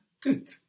Good